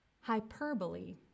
Hyperbole